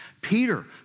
Peter